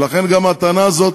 ולכן, גם הטענה הזאת,